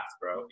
bro